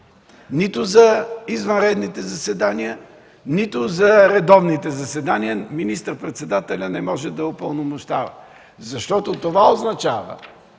нито за извънредните заседания, нито за редовните заседания. Министър-председателят не може да упълномощава, защото това означава,